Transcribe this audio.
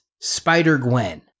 Spider-Gwen